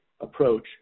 approach